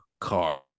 car